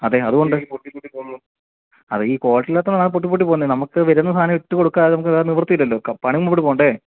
അതെ അതും ഉണ്ട് പൊട്ടി പൊട്ടി പോകുന്നു അത് ഈ ക്വാളിറ്റി ഇല്ലാത്തതാണ് അത് പൊട്ടി പൊട്ടി പോകുന്നത് നമുക്ക് വരുന്ന സാധനം ഇട്ടു കൊടുക്കാതെ നമുക്ക് നിവൃത്തി ഇല്ലല്ലോ പണി മുന്നോട്ട് പോവേണ്ടേ